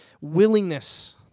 willingness